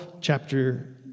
chapter